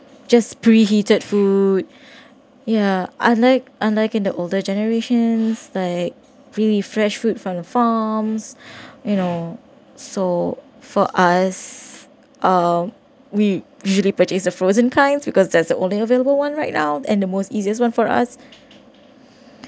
just preheated food ya unlike unlike in the older generations like really fresh fruit from the farms you know so for us uh we usually purchase the frozen kinds because that's the only available one right now and the most easiest one for us